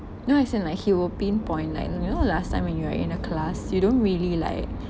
no as in like he will pinpoint like you know last time when you are in a class you don't really like